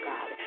God